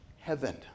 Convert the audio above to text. heaven